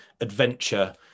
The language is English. adventure